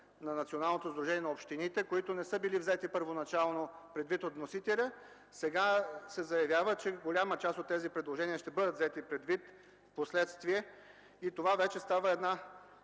на Националното сдружение на общините, които не са били взети предвид първоначално от вносителя. Сега се заявява, че голяма част от тези предложения ще бъдат взети предвид впоследствие. Това става